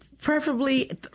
Preferably